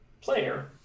player